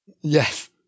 Yes